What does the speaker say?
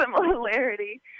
similarity